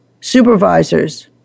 supervisors